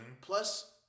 Plus